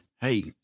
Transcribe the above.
Hey